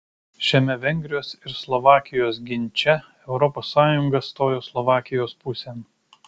šiame vengrijos ir slovakijos ginče europos sąjunga stojo slovakijos pusėn